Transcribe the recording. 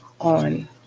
on